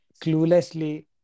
cluelessly